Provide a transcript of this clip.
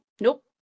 nope